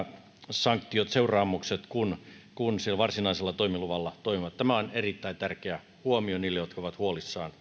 sanktiot seuraamukset kuin sillä varsinaisella toimiluvalla toimiville tämä on erittäin tärkeä huomio niille jotka ovat huolissaan